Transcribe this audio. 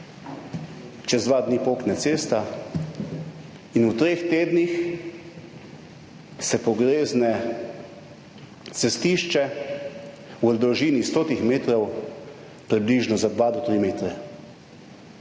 čez 2 dni pokne cesta in v treh tednih se pogrezne cestišče v dolžini 100 metrov približno za 2 do 3 metre.